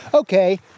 Okay